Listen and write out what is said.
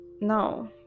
no